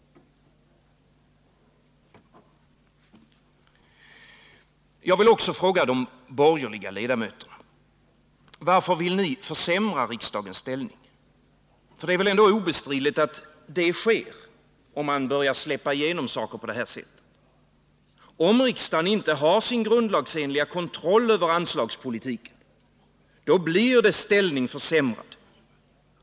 Jag vill också fråga de borgerliga ledamöterna: Varför vill ni försämra riksdagens ställning? För det är väl ändå obestridligt att så sker om man börjar släppa igenom saker på det här sättet? Om riksdagen inte har sin Nr 140 grundlagsenliga kontroll över anslagspolitiken — då blir dess ställning Torsdagen den försämrad.